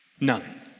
None